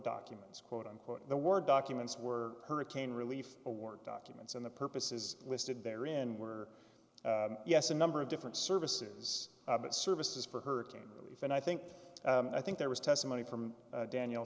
documents quote unquote the word documents were hurricane relief award documents and the purposes listed there in were yes a number of different services services for hurricane relief and i think i think there was testimony from daniel